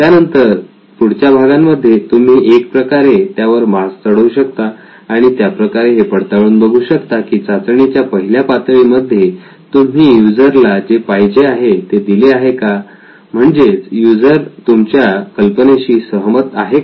त्यानंतर पुढच्या भागांमध्ये तुम्ही एक प्रकारे त्यावर मास चढवू शकता आणि त्याप्रकारे हे पडताळून बघू शकता की चाचणीच्या पहिल्या पातळी मध्ये तुम्ही युजर ला जे पाहिजे आहे ते दिले आहे का म्हणजेच यूजर तुमच्या कल्पनेशी सहमत आहे का